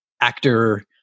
actor